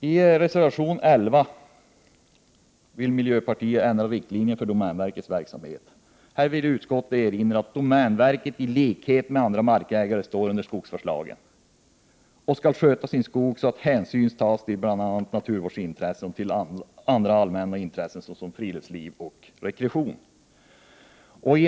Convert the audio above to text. I reservation 11 vill miljöpartiet ändra riktlinjerna för domänverkets verksamhet. Här vill utskottet erinra om att domänverket i likhet med andra markägare står under skogsvårdslagen och skall sköta sin skog så att hänsyn tas till bl.a. naturvårdens intressen och till andra allmänna intressen såsom friluftsliv och rekreation.